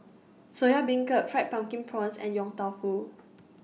Soya Beancurd Fried Pumpkin Prawns and Yong Tau Foo